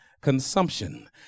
consumption